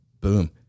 boom